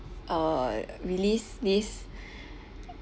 uh released this